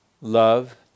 love